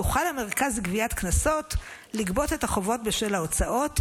יוכל המרכז לגביית קנסות לגבות את החובות בשל ההוצאות,